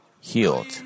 healed